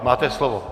Máte slovo.